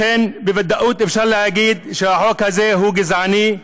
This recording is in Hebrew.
לכן, בוודאות אפשר להגיד שהחוק הזה הוא גזעני,